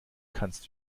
kannst